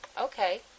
Okay